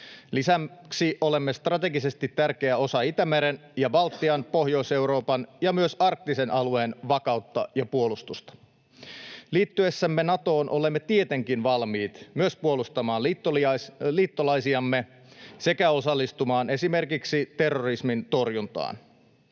Lisäksi olemme strategisesti tärkeä osa Itämeren ja Baltian, Pohjois-Euroopan ja myös arktisen alueen vakautta ja puolustusta. Liittyessämme Natoon olemme tietenkin valmiit myös puolustamaan liittolaisiamme sekä osallistumaan esimerkiksi terrorismin torjuntaan.